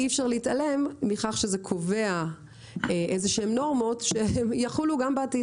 אי אפשר להתעלם מכך שזה קובע איזה שהן נורמות שיחולו גם בעתיד,